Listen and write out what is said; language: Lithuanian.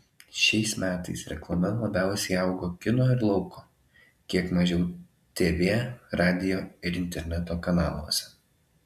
šiais metais reklama labiausiai augo kino ir lauko kiek mažiau tv radijo ir interneto kanaluose